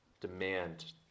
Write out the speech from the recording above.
demand